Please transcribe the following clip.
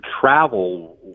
travel